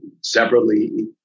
separately